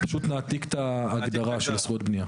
פשוט נעתיק את ההגדרה של זכויות בנייה.